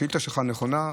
השאילתה שלך נכונה.